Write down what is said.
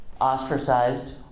ostracized